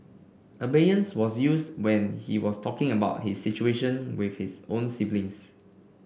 Abeyance was used when he was talking about his situation with his own siblings